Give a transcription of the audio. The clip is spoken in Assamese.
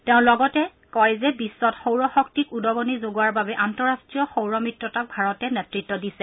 তেওঁ লগতে কয় যে বিশ্বত সৌৰশক্তিক উদগণি যোগোৱাৰ বাবে আন্তঃৰাষ্ট্ৰীয় সৌৰ মিত্ৰতাক ভাৰতে নেতৃত্ব দিছে